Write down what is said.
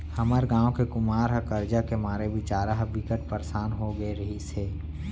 हमर गांव के कुमार ह करजा के मारे बिचारा ह बिकट परसान हो गे रिहिस हे